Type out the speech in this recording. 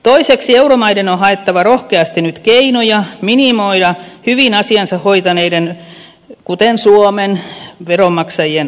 toiseksi euromaiden on haettava rohkeasti nyt keinoja minimoida hyvin asiansa hoitaneiden kuten suomen veronmaksajien vastuut